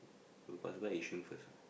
will past by Yishun first ah